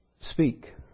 speak